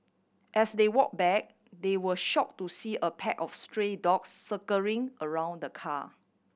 as they walk back they were shock to see a pack of stray dogs circling around the car